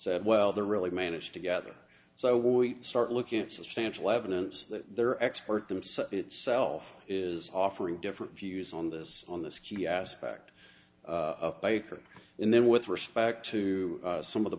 said well there really managed together so we start looking at substantial evidence that their expert them so itself is offering different views on this on this key aspect of bikers and then with respect to some of the